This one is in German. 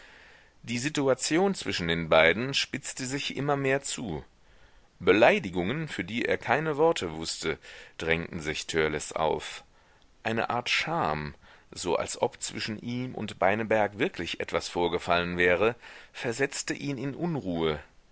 die situation zwischen den beiden spitzte sich immer mehr zu beleidigungen für die er keine worte wußte drängten sich törleß auf eine art scham so als ob zwischen ihm und beineberg wirklich etwas vorgefallen wäre versetzte ihn in unruhe